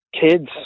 kids